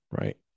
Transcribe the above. right